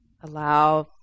allow